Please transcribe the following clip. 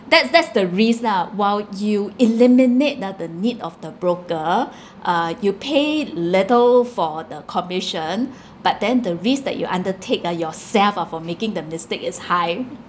that's the risk lah while you eliminate ah the need of the broker uh you pay little for the commission but then the risk that you undertake ah yourself ah for making the mistake is high